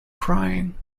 crying